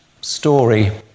story